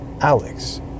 Alex